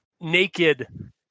naked